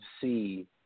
see –